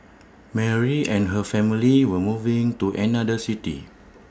Mary and her family were moving to another city